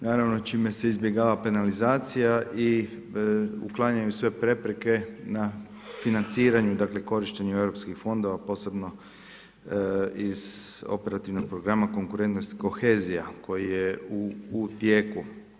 Naravno čime se izbjegava penalizacija i uklanjaju sve prepreke na financiranju, dakle, korištenju europskih fondova, posebno iz operativnog programa konkurentnosti i kohezija koji je u tijeku.